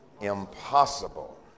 impossible